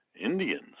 indians